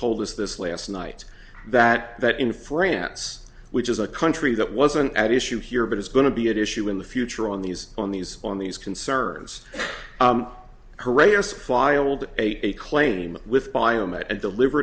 told us this last night that that in france which is a country that wasn't at issue here but it's going to be an issue in the future on these on these on these concerns herrera's filed a claim with biomet and deliver